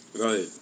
Right